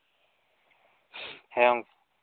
ᱦᱮᱸ ᱜᱚᱝᱠᱮ